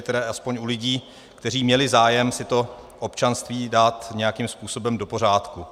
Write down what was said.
Tedy alespoň u lidí, kteří měli zájem si to občanství dát nějakým způsobem do pořádku.